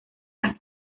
las